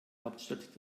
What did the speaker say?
hauptstadt